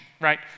right